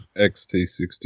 XT60